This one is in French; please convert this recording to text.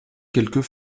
quelques